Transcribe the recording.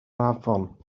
afon